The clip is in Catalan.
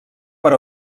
per